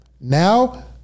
now